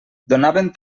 donaven